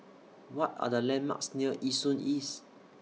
What Are The landmarks near Nee Soon East